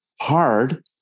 hard